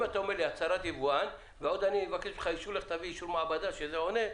אם אתה אומר לי הצהרת יבואן ועוד אני אבקש ממך אישור מעבד שזה עונה,